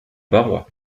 barrois